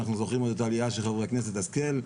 אנחנו זוכרים את העלייה של חברת הכנסת השכל.